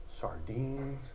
sardines